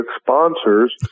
sponsors